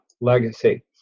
legacy